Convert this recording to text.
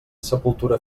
sepultura